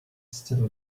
still